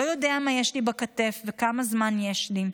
לא יודע מה יש לי בכתף וכמה זמן יש לי.